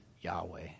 Yahweh